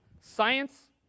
science